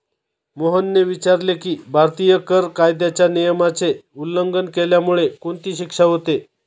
मोहनने विचारले की, भारतीय कर कायद्याच्या नियमाचे उल्लंघन केल्यामुळे कोणती शिक्षा होते?